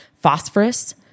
Phosphorus